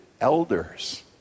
elders